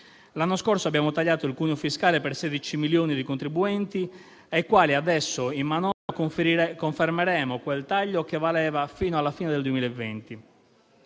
L'anno scorso abbiamo tagliato il cuneo fiscale per 16 milioni di contribuenti, ai quali adesso in manovra confermeremo quel taglio, che valeva fino alla fine del 2020.